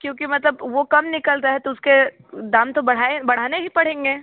क्योंकि मतलब वो कम निकल रहा है तो उसके दाम तो बढ़ाए बढ़ाने ही पड़ेंगे